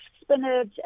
spinach